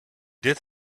did